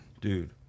Dude